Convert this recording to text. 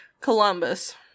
Columbus